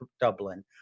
Dublin